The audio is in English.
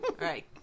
Right